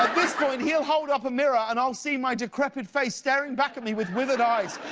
this point, he'll hold up a mirror and i'll see my decrepit face staring back at me with withered eyes,